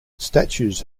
statues